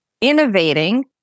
innovating